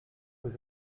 was